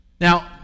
Now